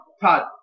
Todd